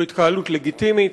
זו התקהלות לגיטימית.